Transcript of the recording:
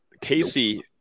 Casey